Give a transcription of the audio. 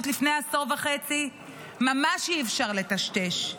לפני עשור וחצי ממש אי-אפשר לטשטש,